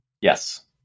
Yes